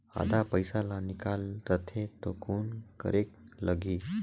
आधा पइसा ला निकाल रतें तो कौन करेके लगही?